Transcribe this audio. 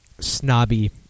snobby